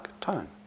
tone